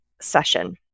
session